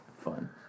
fun